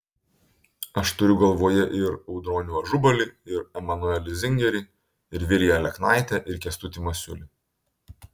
aš turiu galvoje ir audronių ažubalį ir emanuelį zingerį ir viliją aleknaitę ir kęstutį masiulį